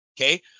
Okay